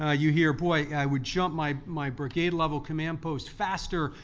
ah you hear, boy, i would jump my my brigade level command post faster,